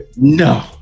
no